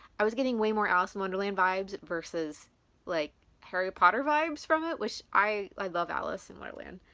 i was getting way more alice in wonderland vibes versus like harry potter vibes from it, which i love alice in wonderland.